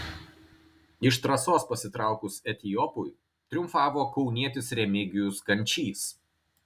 iš trasos pasitraukus etiopui triumfavo kaunietis remigijus kančys